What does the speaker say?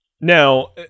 Now